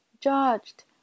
judged